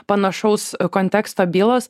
panašaus konteksto bylos